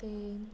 ते